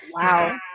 Wow